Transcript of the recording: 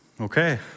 Okay